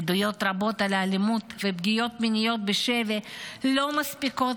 עדויות רבות על אלימות ופגיעות מיניות בשבי לא מספיקות